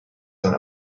son